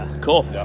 Cool